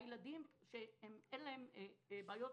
הילדים שאין להם בעיות,